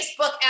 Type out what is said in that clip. Facebook